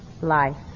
life